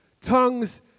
Tongues